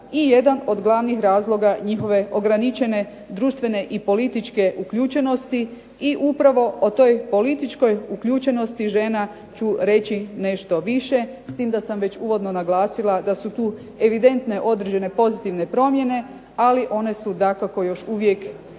i jedan od glavnih razloga njihove ograničene društvene i političke uključenosti i upravo o toj političkoj uključenosti žena ću reći nešto više, s tim da sam već uvodno naglasila da su tu evidentne određene pozitivne promjene, ali one su dakako još uvijek daleko